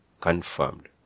confirmed